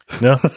No